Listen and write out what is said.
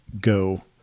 go